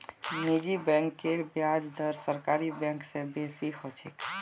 निजी बैंकेर ब्याज दर सरकारी बैंक स बेसी ह छेक